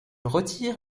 retire